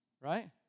Right